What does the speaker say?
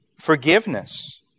forgiveness